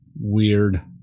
weird